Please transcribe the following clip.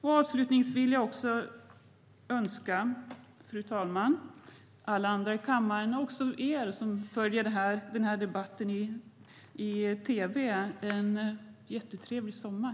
Avslutningsvis vill jag önska fru talmannen, alla andra i kammaren och de som följer debatten i tv en trevlig sommar!